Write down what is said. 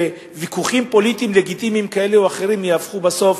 וויכוחים פוליטיים לגיטימיים כאלה או אחרים יהפכו בסוף